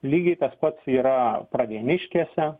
lygiai tas pats yra pravieniškėse